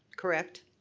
correct?